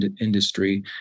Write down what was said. industry